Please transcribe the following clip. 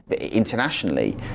internationally